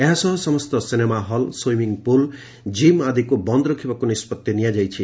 ଏହା ସହ ସମସ୍ତ ସିନେମାହଲ୍ ସୁଇମିଂ ପୁଲ୍ ଜିମ୍ ଆଦିକୁ ବନ୍ଦ ରଖିବାକୁ ନିଷ୍ବଭି ନିଆଯାଇଛି